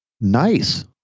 Nice